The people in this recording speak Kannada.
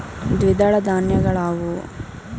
ದ್ವಿದಳ ಧಾನ್ಯಗಳಾವುವು?